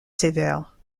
sévère